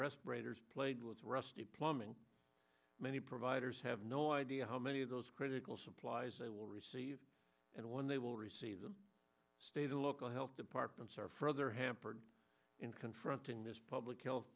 respirators played with rusty plumbing many providers have no idea how many of those critical supplies they will receive and when they will receive the state and local health departments are further hampered in confronting this public health